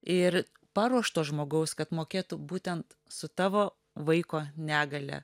ir paruošto žmogaus kad mokėtų būtent su tavo vaiko negalia